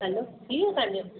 hello थी वियो तव्हांजो